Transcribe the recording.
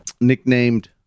nicknamed